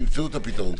תמצאו את הפתרון.